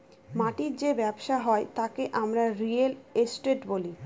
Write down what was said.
মাটির যে ব্যবসা হয় তাকে আমরা রিয়েল এস্টেট বলি